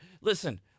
Listen